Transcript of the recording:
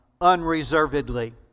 unreservedly